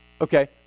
Okay